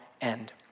end